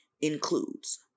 includes